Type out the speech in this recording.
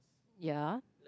yeah